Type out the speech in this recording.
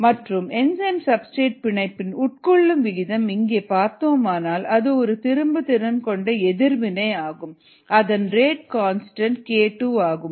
rgES k1ESV மற்றும் enzyme substrate பிணைப்பின் உட்கொள்ளும் விகிதம் இங்கே பார்த்தோமானால் அது ஒரு திரும்பு திறன்கொண்ட எதிர்வினை ஆகும் அதன் ரேட் கான்ஸ்டன்ட் k2 ஆகும்